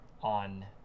on